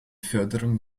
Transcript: förderung